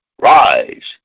rise